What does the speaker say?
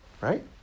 right